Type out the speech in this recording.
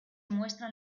muestran